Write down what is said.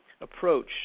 approach